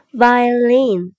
violin